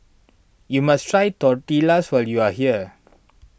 you must try Tortillas when you are here